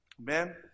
Amen